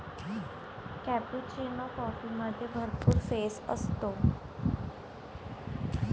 cappuccino कॉफीमध्ये भरपूर फेस असतो